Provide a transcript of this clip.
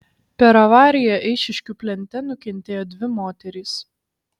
per avariją eišiškių plente nukentėjo dvi moterys